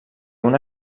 una